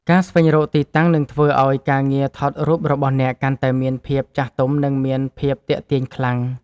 ការស្វែងរកទីតាំងនឹងធ្វើឱ្យការងារថតរូបរបស់អ្នកកាន់តែមានភាពចាស់ទុំ និងមានភាពទាក់ទាញខ្លាំង។